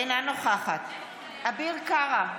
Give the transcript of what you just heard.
אינה נוכחת אביר קארה,